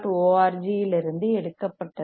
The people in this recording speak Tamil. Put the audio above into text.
org இருந்து எடுக்கப்பட்டது